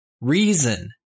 reason